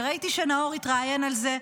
וראיתי שנאור התראיין על זה,